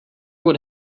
what